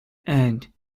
and